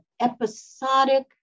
episodic